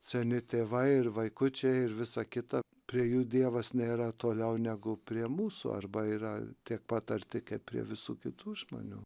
seni tėvai ir vaikučiai ir visa kita prie jų dievas nėra toliau negu prie mūsų arba yra tiek pat arti kaip prie visų kitų žmonių